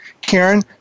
Karen